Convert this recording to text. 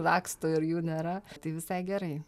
laksto ir jų nėra tai visai gerai